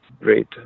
great